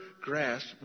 grasp